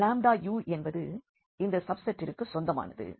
u என்பது இந்த சப்செட்டிற்கு சொந்தமானது